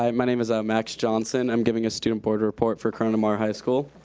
um my name is ah max johnson. i'm giving a student board report for corona mar high school.